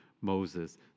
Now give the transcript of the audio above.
Moses